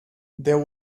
there